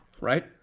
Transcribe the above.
right